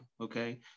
Okay